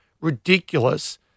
ridiculous